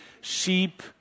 sheep